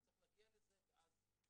צריך להגיע לזה כי